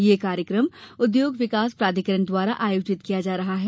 यह कार्यकम उद्योग विकास प्राधिकरण द्वारा आयोजित किया जा रहा है